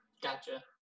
Gotcha